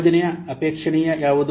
ಯೋಜನೆ ಅಪೇಕ್ಷಣೀಯ ಯಾವುದು